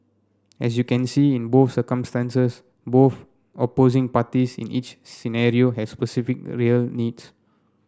as you can see in both circumstances both opposing parties in each scenario have specific real needs